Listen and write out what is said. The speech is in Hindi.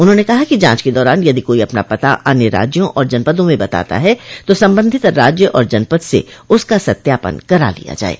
उन्होंने कहा कि जांच के दौरान यदि कोई अपना पता अन्य राज्यों और जनपदों में बताता है तो संबंधित राज्य और जनपद से उसका सत्यापन करा लिया जाये